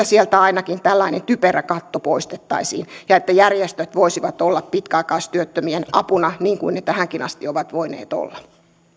sieltä ainakin tällainen typerä katto poistettaisiin ja järjestöt voisivat olla pitkäaikaistyöttömien apuna niin kuin ne tähänkin asti ovat voineet olla